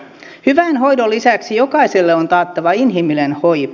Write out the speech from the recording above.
hyvän hoidon lisäksi jokaiselle on taattava inhimillinen hoiva